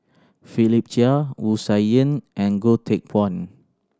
Philip Chia Wu Tsai Yen and Goh Teck Phuan